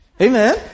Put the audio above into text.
Amen